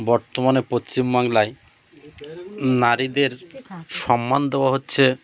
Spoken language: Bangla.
বর্তমানে পশ্চিমবাংলায় নারীদের সম্মান দেওয়া হচ্ছে